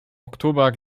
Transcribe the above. oktober